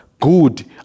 good